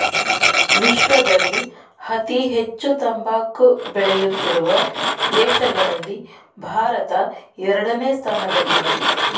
ವಿಶ್ವದಲ್ಲಿ ಅತಿ ಹೆಚ್ಚು ತಂಬಾಕು ಬೆಳೆಯುತ್ತಿರುವ ದೇಶಗಳಲ್ಲಿ ಭಾರತ ಎರಡನೇ ಸ್ಥಾನದಲ್ಲಿದೆ